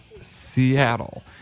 Seattle